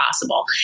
possible